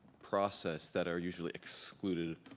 process that are usually excluded